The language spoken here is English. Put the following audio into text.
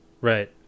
Right